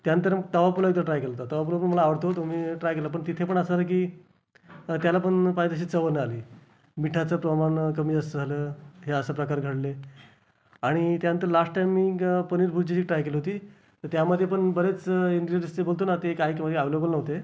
त्यानंतर मग तवा पुलाव एकदा ट्राय केला होता तवा पुलाव पण मला आवडतो तो मी ट्राय केला पण तिथे पण असं झालं की त्याला पण पाहिजे तशी चव नाही आली मिठाचं प्रमाण कमी जास्त झालं हे असं प्रकार घडले आणि त्यानंतर लाष्ट टाइम मी पनीर भुर्जी जी ट्राय केली होती तर त्यामध्ये पण बरेच इन्ग्रिडिएंट्स जे बोलतो ना ते एक आहे किवा हे अव्हेलेबल नव्हते